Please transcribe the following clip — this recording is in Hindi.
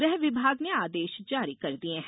गृह विभाग ने आदेश जारी कर दिये हैं